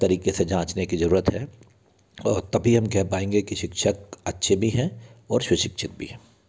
तरीके से जांचने की जरूरत है और तभी हम कह पाएंगे कि शिक्षक अच्छे भी हैं और स्वशिक्षित भी है